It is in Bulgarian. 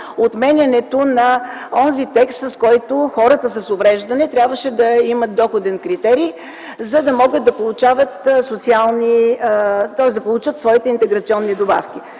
отменянето на онзи текст, с който хората с увреждания трябваше да имат доходен критерий, за да получат своите интеграционни добавки.